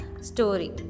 story